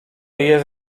jest